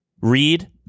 Read